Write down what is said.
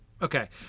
Okay